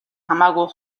хамаагүй